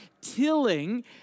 tilling